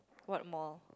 what mall